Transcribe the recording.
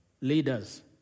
leaders